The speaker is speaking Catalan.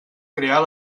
crear